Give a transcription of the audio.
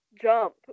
jump